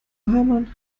hamann